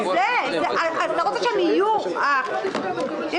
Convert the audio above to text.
מספר פנייה לוועדה: 9002,